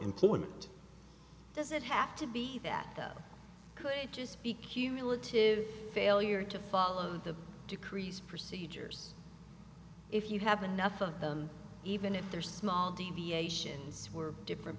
employment does it have to be that could just be cumulative failure to follow the decrees procedures if you have enough of them even if they're small deviations we're different